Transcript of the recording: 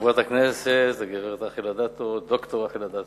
חברת הכנסת רחל אדטו, ד"ר רחל אדטו.